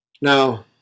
Now